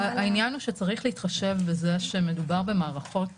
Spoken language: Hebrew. העניין הוא שצריך להתחשב בזה שמדובר במערכות